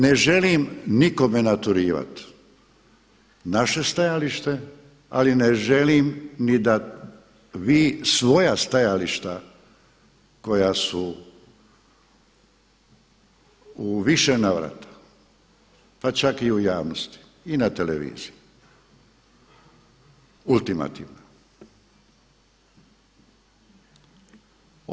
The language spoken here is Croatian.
Ne želim nikome naturivat naše stajalište, ali ne želim ni da vi svoja stajališta koja su u više navrata pa čak i u javnosti i na televiziji ultimativna.